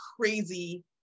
crazy